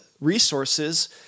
resources